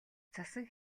цасан